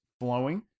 flowing